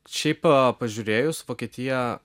šiaip pažiūrėjus vokietija